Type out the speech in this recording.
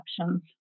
options